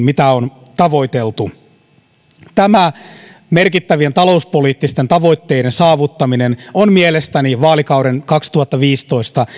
mitä on tavoiteltu tämä merkittävien talouspoliittisten tavoitteiden saavuttaminen on mielestäni vaalikauden kaksituhattaviisitoista